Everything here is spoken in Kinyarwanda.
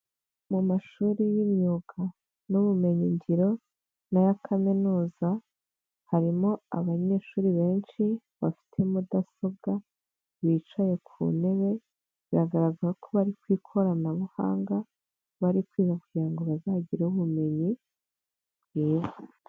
Mu mashuri y'imyuga n'ubumenyingiro n'aya kaminuza harimo abanyeshuri benshi bafite mudasobwa bicaye ku ntebe biragaragara ko bari ku ikoranabuhanga bari kwiga kugira ngo bazagire ubumenyi bwiza.